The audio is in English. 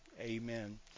Amen